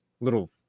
little